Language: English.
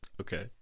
okay